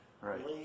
Right